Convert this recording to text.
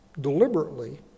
deliberately